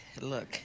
Look